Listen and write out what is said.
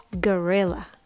Gorilla